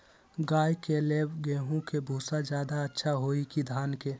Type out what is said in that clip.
गाय के ले गेंहू के भूसा ज्यादा अच्छा होई की धान के?